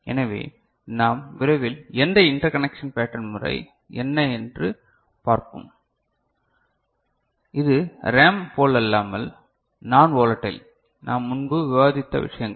எனவே நாம் விரைவில் அந்த இன்டர்கனெக்சன் பேட்டர்ன் முறை என்ன என்று பார்ப்போம் இது ரேம் போலல்லாமல் நான் வோலடைல் நாம் முன்பு விவாதித்த விஷயங்கள்